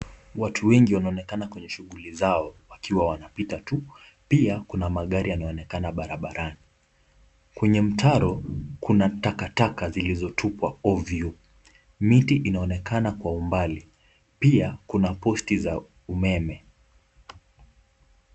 Watu wengi wanaonekana kwenye shughuli zao wakiwa wanapita tu, pia kuna magari yameonekana barabarani kwenye mtaro kuna takataka zilizotupwa ovyo, miti inaonekana kwa mbali pia kuna posti za umeme.